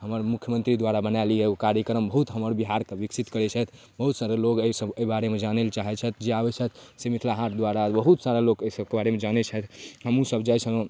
हमर मुख्यमन्त्री द्वारा बनाएल अइ ओ कार्यक्रम बहुत हमर बिहारके विकसित करै छथि बहुत सारा लोक एहिसब बारेमे जानैलए चाहै छथि या आबै छथि हिनके हाट द्वारा बहुत सारा लोक एहिसबके बारेमे जानै छथि हमहूँसभ जाइ छलहुँ